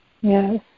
Yes